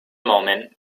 moment